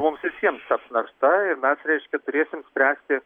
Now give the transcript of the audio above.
mums visiems taps našta ir mes reiškia turėsim spręsti